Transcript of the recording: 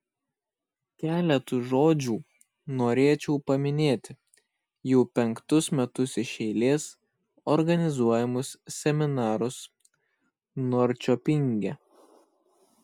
keletu žodžių norėčiau paminėti jau penktus metus iš eilės organizuojamus seminarus norčiopinge